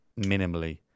minimally